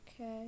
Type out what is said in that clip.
Okay